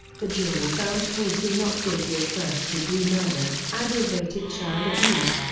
the jury found casey not guilty of first-degree murder, aggravated child abuse,